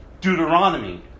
Deuteronomy